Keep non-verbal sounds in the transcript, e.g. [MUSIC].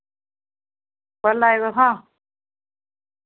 [UNINTELLIGIBLE]